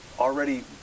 already